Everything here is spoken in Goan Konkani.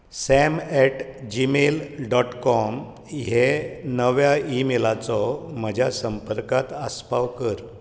sem at Gmail dot com हे नव्या ईमेलाचो म्हज्या संपर्कांत आसपाव कर